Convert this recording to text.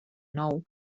nou